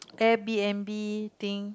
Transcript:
a_b_m_b thing